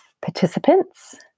participants